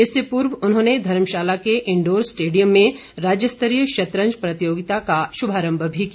इससे पूर्व उन्होंने धर्मशाला के इंडोर स्टेडियम में राज्यस्तरीय शतरंज प्रतियोगिता का शुभारम्भ भी किया